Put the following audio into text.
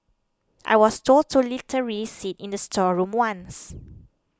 I was told to literally sit in a storeroom once